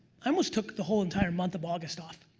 i almost took the whole entire month of august off,